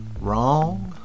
wrong